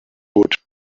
would